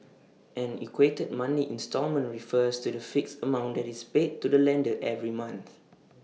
an equated monthly instalment refers to the fixed amount that is paid to the lender every month